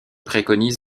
préconise